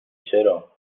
چرا